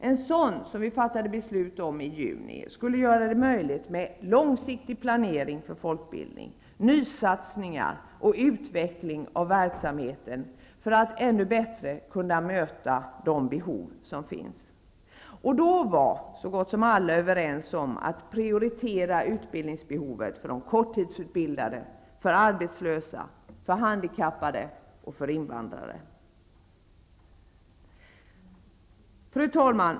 En sådan, som vi fattade beslut om i juni, skulle göra det möjligt med långsiktig planering för folkbildningen, nysatsningar och utveckling av verksamheten, för att ännu bättre kunna möta de behov som finns. Då var så gott som alla överens om att prioritera utbildningsbehovet för de korttidsutbildade, för arbetslösa, för handikappade och för invandrare. Fru talman!